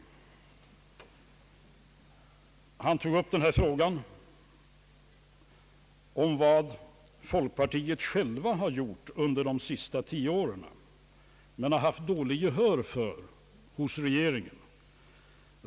Han tog upp frågan om vad folkpartiet självt har gjort under de senaste tio åren men som man haft dåligt gehör för hos regeringen.